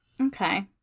Okay